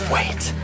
Wait